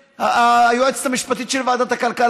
היועצת המשפטית של ועדת הכלכלה.